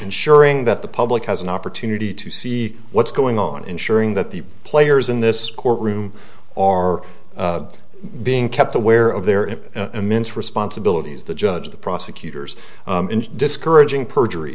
ensuring that the public has an opportunity to see what's going on ensuring that the players in this courtroom are being kept aware of their immense responsibilities the judge the prosecutors discouraging perjury